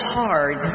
hard